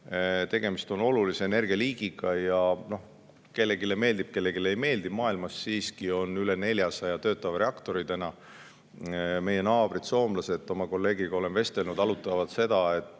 Tegemist on olulise energialiigiga, mis mõnele meeldib, mõnele ei meeldi, aga maailmas siiski on üle 400 töötava reaktori. Meie naabrid soomlased – oma kolleegiga olen vestelnud – arutavad seda, et